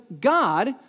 God